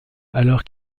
alors